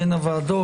בין הוועדות.